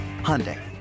Hyundai